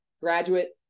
graduate